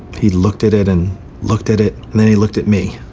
he looked at it, and looked at it, and then he looked at me.